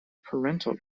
parental